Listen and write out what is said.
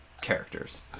characters